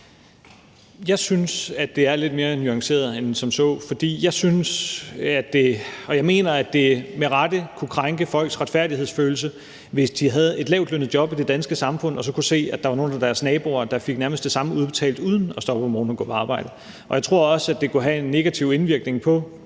Jeg synes, det er lidt mere nuanceret end som så. For jeg mener, at det med rette kunne krænke folks retfærdighedsfølelse, hvis de havde et lavtlønnet job i det danske samfund og så kunne se, at der var nogle af deres naboer, der fik nærmest det samme udbetalt uden at stå op om morgenen og gå på arbejde. Jeg tror også, at det kunne have en negativ indvirkning på